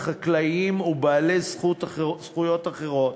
חקלאיים או בעלי זכויות אחרות